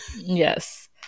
Yes